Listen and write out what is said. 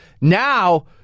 now